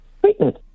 treatment